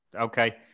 Okay